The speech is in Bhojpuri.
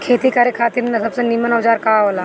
खेती करे खातिर सबसे नीमन औजार का हो ला?